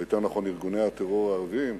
או יותר נכון ארגוני הטרור הערביים,